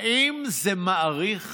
האם זה מאריך